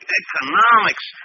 economics